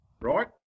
right